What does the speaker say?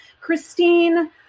Christine